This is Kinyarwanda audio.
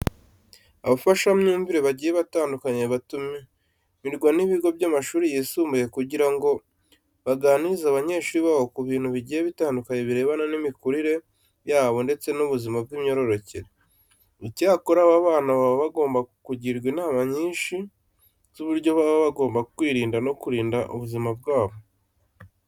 Abafashamyumvire bagiye batandukanye batumirwa n'ibigo by'amashuri yisumbuye, kugira ngo baganirize abanyeshuri babo ku bintu bigiye bitandukanye birebana n'imikurire yabo ndetse n'ubuzima bw'imyororokere. Icyakora aba bana baba bagomba kugirwa inama nyinshi z'uburyo baba bagomba kwirinda no kurinda ubuzima bwabo.